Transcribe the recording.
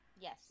Yes